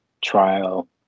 trial